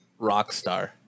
Rockstar